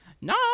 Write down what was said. No